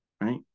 right